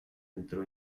entró